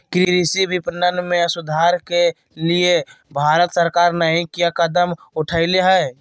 कृषि विपणन में सुधार के लिए भारत सरकार नहीं क्या कदम उठैले हैय?